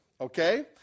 Okay